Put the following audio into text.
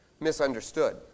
misunderstood